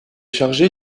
chargé